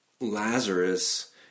Lazarus